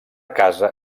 casa